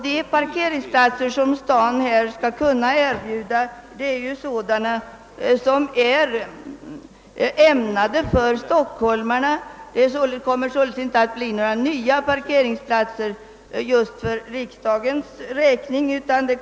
De parkeringsplatser som staden där kan erbjuda är dessutom sådana som är avsedda för stockholmarna i allmänhet. Det kommer således inte att iordningställas några nya parkeringsplatser för riksdagens räkning.